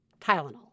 Tylenol